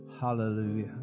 Hallelujah